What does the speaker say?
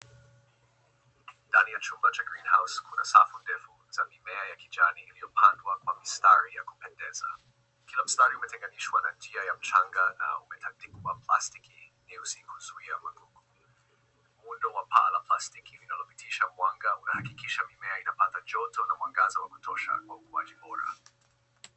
Ndani ya chumba cha greenhouse kuna safu ndefu za mimea ya kijani iliyopandwa kwa mistari ya kupendeza. Kila mstari umetenganishwa na njia ya mchanga na umetandikwa plastiki nyeusi kuzuia magugu. Muundo wa paa la plastiki linalopitisha mwanga unahakikisha mimea inapata joto na mwangaza wa kutosha kwa ukuaji bora.